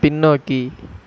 பின்னோக்கி